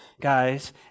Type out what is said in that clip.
guys